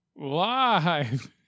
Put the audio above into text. Live